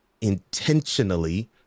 intentionally